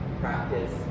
practice